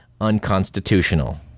unconstitutional